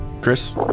Chris